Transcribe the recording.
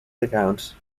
accounts